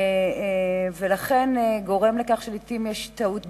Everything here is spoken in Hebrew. זה גורם לעתים לטעות בזיהוי.